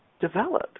develop